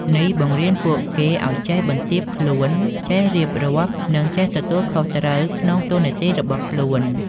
នេះបង្រៀនពួកគេឲ្យចេះ បន្ទាបខ្លួន ចេះរៀបរាប់ និងចេះទទួលខុសត្រូវ ក្នុងតួនាទីរបស់ខ្លួន។